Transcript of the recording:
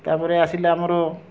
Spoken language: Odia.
ତା'ପରେ ଆସିଲା ଆମର